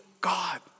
God